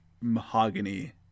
mahogany